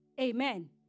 Amen